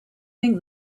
think